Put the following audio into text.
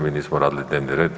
Mi nismo radili dnevni red.